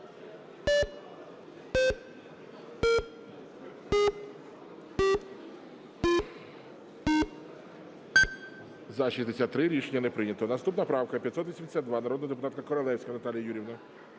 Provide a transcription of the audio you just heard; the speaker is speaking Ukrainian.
За-63 Рішення не прийнято. Наступна правка 582 народна депутатка Королевська Наталя Юріївна.